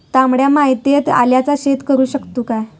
तामड्या मातयेत आल्याचा शेत करु शकतू काय?